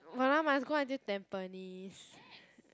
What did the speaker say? !walao! must go until Tampines